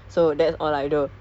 ya